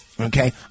okay